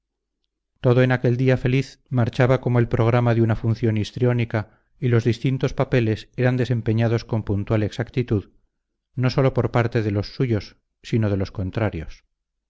todo en aquel día feliz marchaba como el programa de una función histriónica y los distintos papeles eran desempeñados con puntual exactitud no sólo por parte de los suyos sino de los contrarios